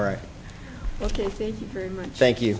right ok thank you very much thank you